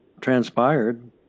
transpired